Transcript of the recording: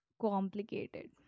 complicated